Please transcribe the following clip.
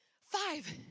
Five